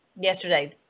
yesterday